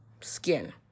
skin